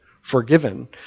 forgiven